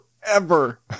forever